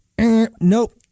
nope